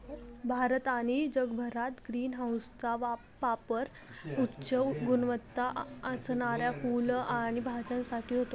भारत आणि जगभरात ग्रीन हाऊसचा पापर उच्च गुणवत्ता असणाऱ्या फुलं आणि भाज्यांसाठी होतो